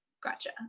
Gotcha